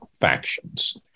factions